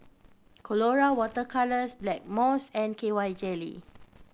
Colora Water Colours Blackmores and K Y Jelly